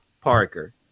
parker